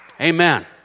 Amen